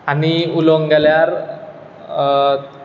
आनीक उलोवंक गेल्यार